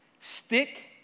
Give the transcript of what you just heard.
stick